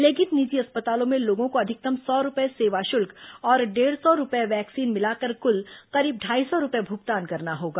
लेकिन निजी अस्पतालों में लोगों को अधिकतम सौ रूपये सेवा शुल्क और डेढ़ सौ रूपये वैक्सीन मिलाकर कुल करीब ढाई सौ रूपये भुगतान करना होगा